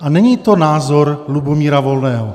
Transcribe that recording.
A není to názor Lubomíra Volného.